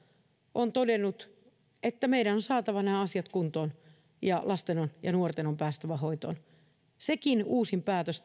on todennut että meidän on saatava nämä asiat kuntoon ja lasten ja nuorten on päästävä hoitoon sekin uusin päätös